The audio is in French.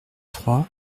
trois